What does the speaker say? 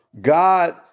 God